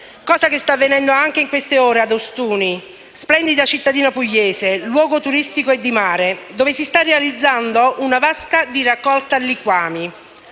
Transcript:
cosa che sta avvenendo in queste ore ad Ostuni, splendida cittadina pugliese, luogo turistico e di mare, dove si sta realizzando una vasca di raccolta liquami.